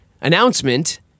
announcement